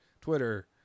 Twitter